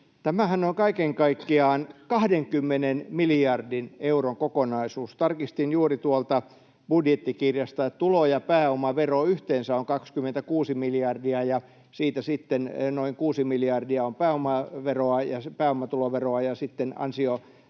Tämähän on kaiken kaikkiaan 20 miljardin euron kokonaisuus. Tarkistin juuri tuolta budjettikirjasta, että tulo- ja pääomavero ovat yhteensä 26 miljardia ja siitä sitten noin 6 miljardia on pääomatuloveroa ja ansiotuloveroa